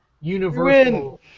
universal